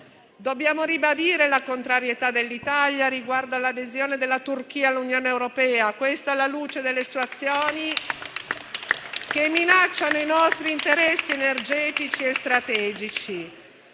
Dobbiamo ribadire la contrarietà dell'Italia riguardo all'adesione della Turchia all'Unione europea. Questo alla luce delle sue azioni, che minacciano i nostri interessi energetici e strategici.